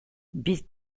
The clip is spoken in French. beast